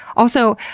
also,